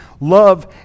Love